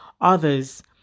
others